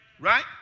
Right